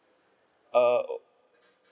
err